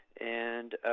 and